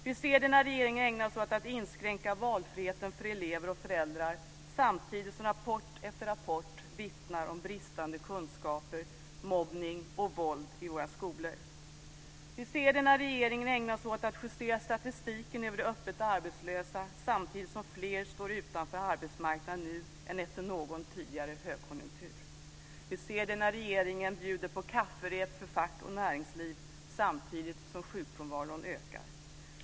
Vi ser det när regeringen ägnar sig åt att inskränka valfriheten för elever och föräldrar, samtidigt som rapport efter rapport vittnar om bristande kunskaper, mobbning och våld i våra skolor. Vi ser det när regeringen ägnar sig åt att justera statistiken över de öppet arbetslösa, samtidigt som fler står utanför arbetsmarknaden nu än efter någon tidigare högkonjunktur. Vi ser det när regeringen bjuder på kafferep för fack och näringsliv, samtidigt som sjukfrånvaron ökar.